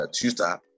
Twitter